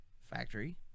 factory